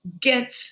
get